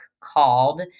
called